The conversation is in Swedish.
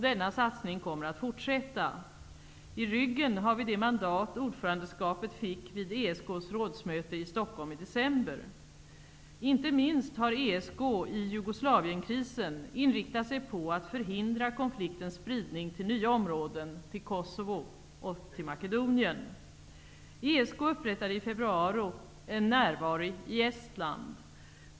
Denna satsning kommer att fortsätta. I ryggen har vi det mandat som ordförandeskapet fick vid ESK:s rådsmöte i Stockholm i december. Inte minst har ESK i Jugoslavienkrisen inriktat sig på att förhindra konfliktens spridning till nya områden, till Kosovo och till Makedonien. ESK upprättade i februari en närvaro i Estland.